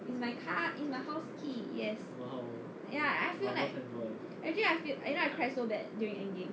it's my car is my house key yes ya I feel like actually I feel you know I cry so bad during end game